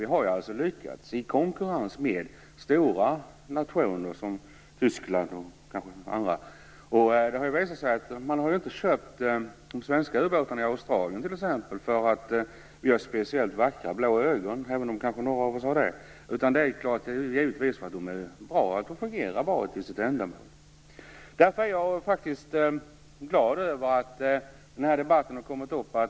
Vi har alltså lyckats i konkurrens med stora nationer, t.ex. Tyskland. Man har ju inte köpt de svenska ubåtarna i t.ex. Australien därför att vi har speciellt vackra blå ögon, även om några kanske har det. Det har man givetvis gjort för att de fungerar bra och ändamålsenligt. Jag är glad över att den här debatten har kommit upp.